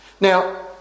now